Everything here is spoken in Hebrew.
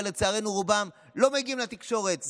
אבל לצערנו רובם לא מגיעים לתקשורת,